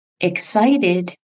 Excited